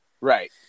Right